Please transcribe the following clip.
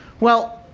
well,